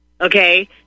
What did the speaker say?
Okay